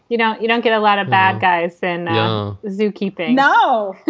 you know, you don't get a lot of bad guys in zookeeper no.